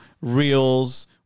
reels